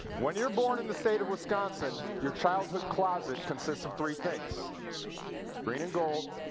when you're born in the state of wisconsin, your childhood closet consists of three things green and gold,